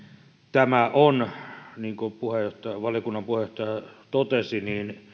tämä on niin kuin valiokunnan puheenjohtaja totesi